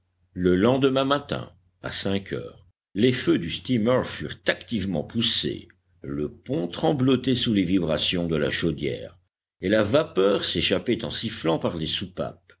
le lendemain matin à cinq heures les feux du steamer furent activement poussés le pont tremblotait sous les vibrations de la chaudière et la vapeur s'échappait en sifflant par les soupapes